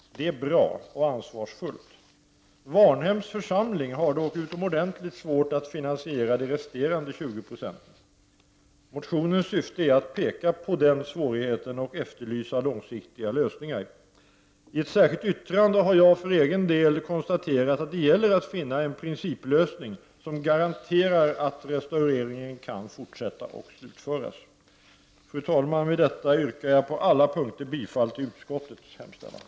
Det är bra och ansvarsfullt. Varnhems församling har dock utomordentligt svårt att finansiera de resterande 20 procenten. Motionens syfte är att framhålla denna svårighet och efterlysa långsiktiga lösningar. I ett särskilt yttrande har jag för egen del konstaterat att det gäller att finna en principlösning som garanterar att restaureringen kan fortsätta och slutföras. Fru talman! Med detta yrkar jag på alla punkter bifall till utskottets hemställan.